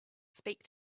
speak